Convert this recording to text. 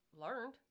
learned